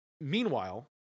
Meanwhile